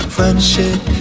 Friendship